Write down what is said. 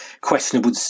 questionable